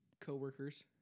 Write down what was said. co-workers